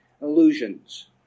illusions